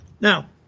now